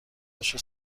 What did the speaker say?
هاشو